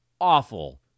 awful